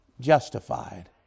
justified